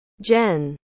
Jen